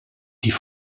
die